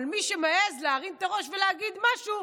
אבל מי שמעז להרים את הראש ולהגיד משהו,